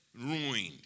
ruined